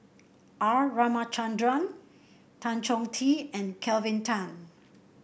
R Ramachandran Tan Chong Tee and Kelvin Tan